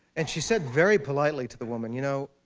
and she said very politely to the woman, you know,